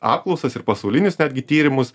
apklausas ir pasaulinius netgi tyrimus